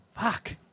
fuck